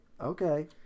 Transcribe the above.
Okay